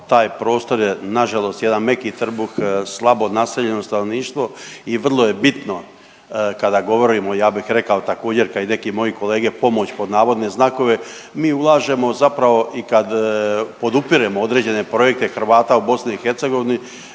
taj prostor je na žalost jedan meki trbuh slabo naseljeno stanovništvo i vrlo je bitno kada govorimo ja bih rekao također kao i neki moje kolege pomoć pod navodne znakove. Mi ulažemo zapravo i kad podupiremo određene projekte Hrvata u Bosni